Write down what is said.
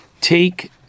Take